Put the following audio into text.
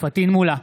פטין מולא,